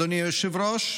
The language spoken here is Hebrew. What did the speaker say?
אדוני היושב-ראש,